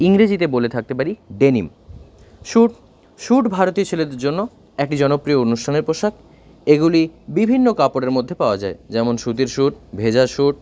ইংরেজিতে বলে থাকতে পারি ডেনিম স্যুট স্যুট ভারতীয় ছেলেদের জন্য একটি জনপ্রিয় অনুষ্ঠানের পোশাক এগুলি বিভিন্ন কাপড়ের মধ্যে পাওয়া যায় যেমন সুতির স্যুট ভেজা স্যুট